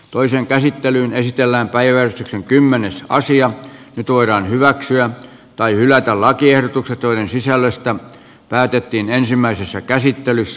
toisen käsittelyn esitellään päiväys on kymmenessä asia nyt voidaan hyväksyä tai hylätä lakiehdotukset joiden sisällöstä päätettiin ensimmäisessä käsittelyssä